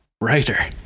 writer